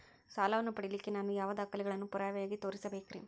ಸಾಲವನ್ನು ಪಡಿಲಿಕ್ಕೆ ನಾನು ಯಾವ ದಾಖಲೆಗಳನ್ನು ಪುರಾವೆಯಾಗಿ ತೋರಿಸಬೇಕ್ರಿ?